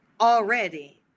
already